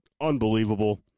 unbelievable